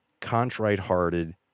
contrite-hearted